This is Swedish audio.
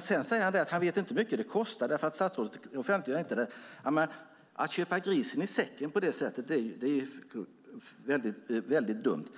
Sedan säger han att han inte vet hur mycket det kostar eftersom statsrådet inte offentliggör det. Att köpa grisen i säcken på det sättet är mycket dumt.